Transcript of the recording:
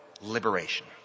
liberation